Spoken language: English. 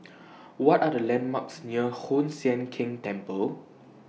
What Are The landmarks near Hoon Sian Keng Temple